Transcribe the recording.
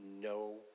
no